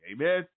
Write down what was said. Amen